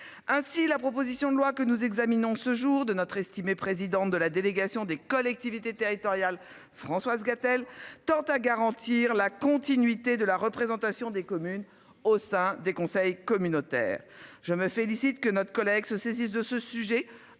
Ainsi, la proposition de loi que nous examinons ce jour de notre estimé présidente de la délégation des collectivités territoriales. Françoise Gatel tend à garantir la continuité de la représentation des communes au sein des conseils communautaires. Je me félicite que notre collègue se saisissent de ce sujet